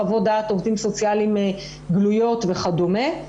חוות דעת עובדים סוציאליים גלויות וכדומה,